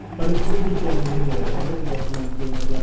but it's really jammed in there. i wouldn't recommend doing it like